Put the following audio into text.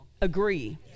agree